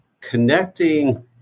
connecting